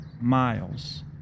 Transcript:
miles